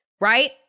Right